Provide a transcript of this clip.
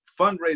fundraising